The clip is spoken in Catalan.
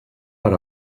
per